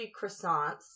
croissants